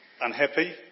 unhappy